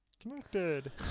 connected